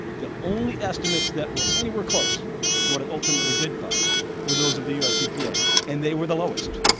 the only estimates that were anywhere close to what it ultimately did cost were those of the u s. epa, and they were the lowest.